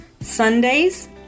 Sundays